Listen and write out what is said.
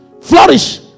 Flourish